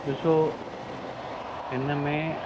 ॾिसो हिनमें